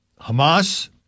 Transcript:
Hamas